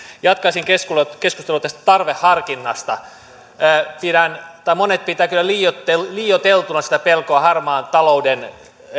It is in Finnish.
jatkaisin keskustelua keskustelua tästä tarveharkinnasta monet pitävät kyllä liioiteltuna sitä pelkoa harmaan talouden